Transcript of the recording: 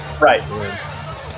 Right